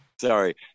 Sorry